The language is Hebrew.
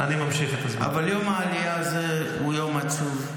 אבל יום העלייה הזה הוא יום עצוב,